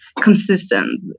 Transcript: consistent